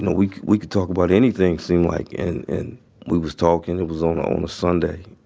know, we we could talk about anything seem like. and we was talking, it was on on a sunday.